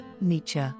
Nietzsche